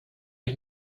ich